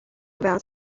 about